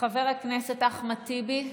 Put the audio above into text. חבר הכנסת אחמד טיבי,